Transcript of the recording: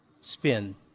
spin